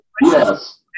Yes